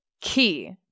key